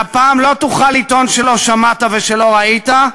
והפעם לא תוכל לטעון שלא שמעת ושלא ראית,